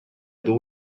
duu